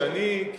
אני,